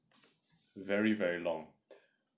very very long